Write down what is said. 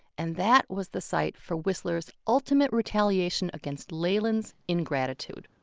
and that was the site for whistler's ultimate retaliation against leyland's ingratitude.